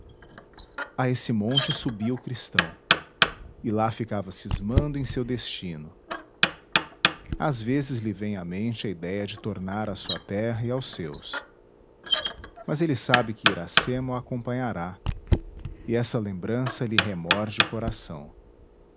a esse monte subia o cristão e lá ficava cismando em seu destino às vezes lhe vem à mente a idéia de tornar à sua terra e aos seus mas ele sabe que iracema o acompanhará e essa lembrança lhe remorde o coração